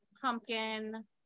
pumpkin